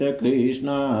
krishna